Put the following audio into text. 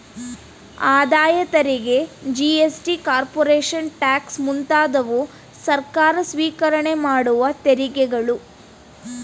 ಆದಾಯ ತೆರಿಗೆ GST, corporation tax ಮುಂತಾದವು ಸರ್ಕಾರ ಸ್ವಿಕರಣೆ ಮಾಡುವ ತೆರಿಗೆಗಳು